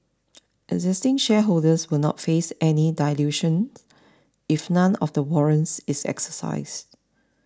existing shareholders will not face any dilution if none of the warrants is exercised